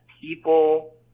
people